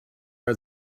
are